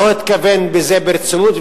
לא התכוון לזה ברצינות.